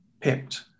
Picked